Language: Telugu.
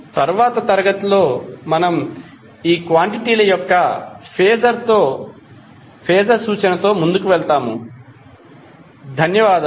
తరువాతి తరగతిలో మనము ఈ క్వాంటిటీల యొక్క ఫేజర్ సూచనతో ముందుకు వెళ్తాము ధన్యవాదాలు